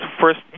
First